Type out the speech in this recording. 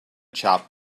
chopped